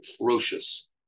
atrocious